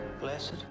Blessed